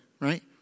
right